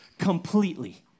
Completely